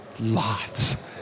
lots